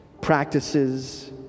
practices